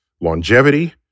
longevity